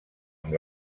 amb